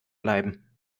bleiben